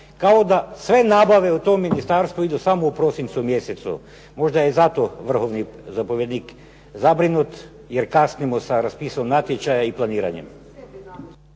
kao da sve nabave u tom ministarstvu idu samo u prosincu mjesecu. Možda je zato vrhovni zapovjednik zabrinut jer kasnimo sa raspisom natječaja i planiranjem.